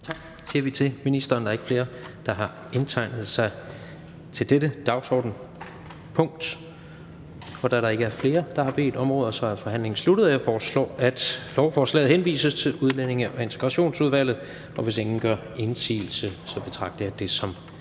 Tak siger vi til ministeren. Der er ikke flere, der har indtegnet sig på dette dagsordenspunkt. Da der ikke er flere, der har bedt om ordet, er forhandlingen sluttet. Jeg foreslår, at lovforslaget henvises til Udlændinge- og Integrationsudvalget. Hvis ingen gør indsigelse, betragter jeg det som